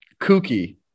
kooky